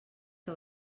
que